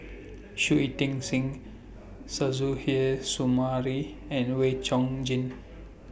Shui Ting Sing Suzairhe Sumari and Wee Chong Jin